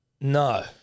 No